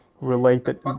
related